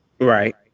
Right